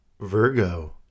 virgo